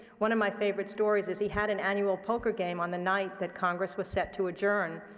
one of my favorite stories is he had an annual poker game on the night that congress was set to adjourn.